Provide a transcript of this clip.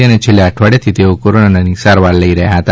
તેઓ છેલ્લા અઠવાડીયાથી કોરોનાની સારવાર લઇ રહ્યા હતા